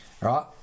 right